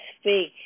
speak